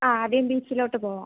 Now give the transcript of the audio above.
ആ ആദ്യം ബീച്ചിലോട്ട് പോവാം